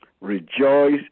Rejoice